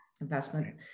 investment